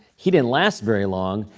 he didn't last very long.